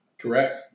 Correct